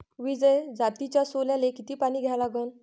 विजय जातीच्या सोल्याले किती पानी द्या लागन?